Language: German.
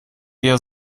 eher